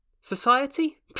Society